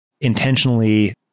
intentionally